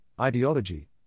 ideology